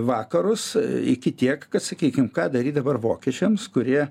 vakarus iki tiek kad sakykim ką daryt dabar vokiečiams kurie